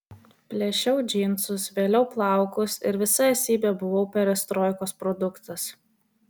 plėšiau džinsus vėliau plaukus ir visa esybe buvau perestroikos produktas